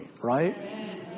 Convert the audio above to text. right